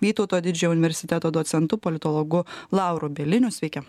vytauto didžiojo universiteto docentu politologu lauru bieliniu sveiki